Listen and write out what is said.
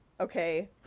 Okay